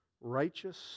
righteous